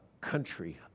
country